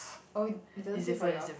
oh it doesn't say for yours